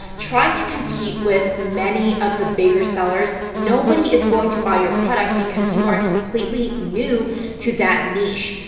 trying to compete with many of the bigger sellers, nobody is going to buy your product because you are completely new to that niche.